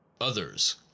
Others